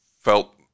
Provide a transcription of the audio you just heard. felt